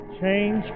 Change